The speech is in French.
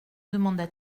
demanda